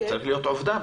צריך להיות "עובדיו".